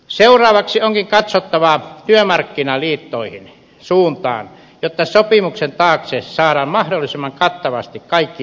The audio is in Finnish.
seuraavaksi onkin katsottava työmarkkinaliittojen suuntaan jotta sopimuksen taakse saadaan mahdollisimman kattavasti kaikki liitot